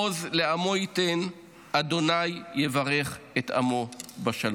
עוז לעמו ייתן, ה' יברך את עמו בשלום.